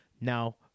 Now